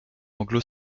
anglo